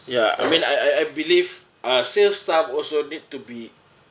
ya I mean I I I believe uh sales staff also need to be